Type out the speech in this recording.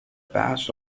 pass